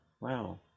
Wow